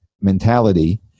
mentality